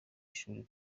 ishuri